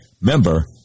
Member